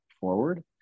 forward